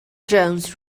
jones